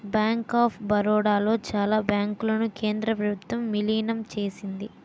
bank of Baroda లో చాలా బ్యాంకులను కేంద్ర ప్రభుత్వం విలీనం చేసింది